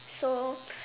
so